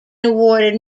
awarded